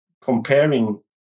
comparing